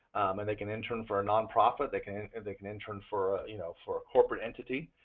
and they can intern for a nonprofit, they can and they can intern for ah you know for corporate entity.